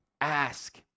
ask